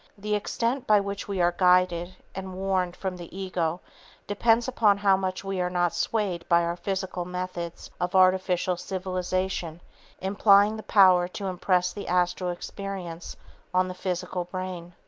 the extent by which we are guided and warned from the ego depends upon how much we are not swayed by our physical methods of artificial civilization implying the power to impress the astral experience on the physical brain.